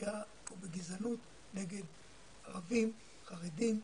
באפליה או בגזענות נגד ערבים, חרדים,